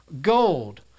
gold